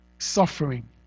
Suffering